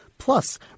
Plus